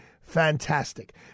fantastic